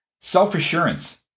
Self-assurance